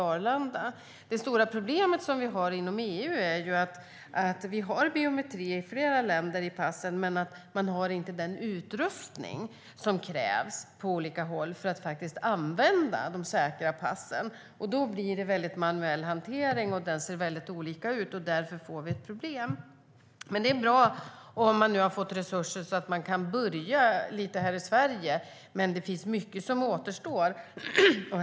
Flera länder inom EU har biometri i passen, men problemet är att man saknar den utrustning som krävs för att kunna använda säkra pass. Då blir det manuell hantering, och den ser väldigt olika ut. Det är ett problem. Det är bra att det finns resurser så att man kan börja lite i Sverige, men mycket återstår.